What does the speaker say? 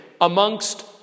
amongst